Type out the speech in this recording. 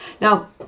Now